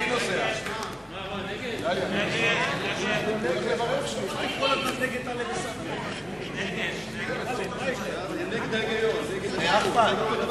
ההסתייגות לחלופין השנייה של חבר הכנסת טלב אלסאנע לסעיף 1 לא נתקבלה.